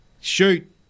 Shoot